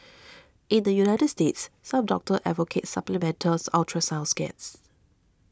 in the United States some doctors advocate supplemental ultrasound scans